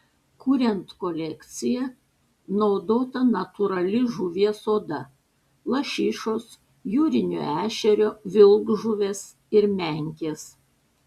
kuriant kolekciją naudota natūrali žuvies oda lašišos jūrinio ešerio vilkžuvės ir menkės